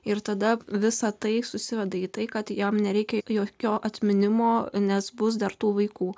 ir tada visa tai susiveda į tai kad jam nereikia jokio atminimo nes bus dar tų vaikų